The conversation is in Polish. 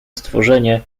stworzenie